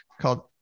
called